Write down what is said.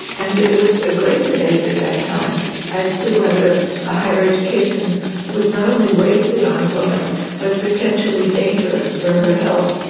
and there was a great debate at that time as to whether a higher education was not only wasted on a woman but potentially dangerous for her health.